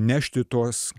nešti tos